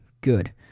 good